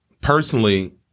personally